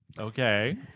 Okay